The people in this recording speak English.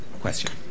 question